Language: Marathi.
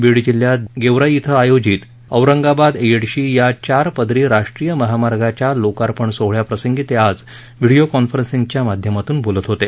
बीड जिल्ह्यात गेवराई इथं आयोजित औरंगाबाद येडशी या चारपदरी राष्ट्रीय महामार्गाच्या लोकार्पण सोहळ्याप्रसंगी ते आज व्हिडियो कॉन्फरन्सिंगच्या माध्यमातून बोलत होते